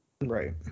Right